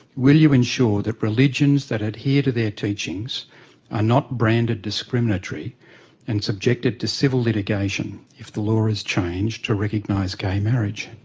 will you ensure that religions that adhere to their teachings are not branded discriminatory and subjected to civil litigation if the law is changed to recognise gay marriage?